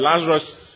Lazarus